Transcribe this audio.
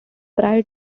prior